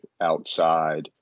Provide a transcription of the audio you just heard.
outside